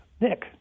Nick